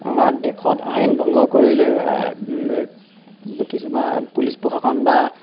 আমাৰ দেশত আইন ভংগ কৰিলে কিছুমান পুলিচ প্ৰশাসন বা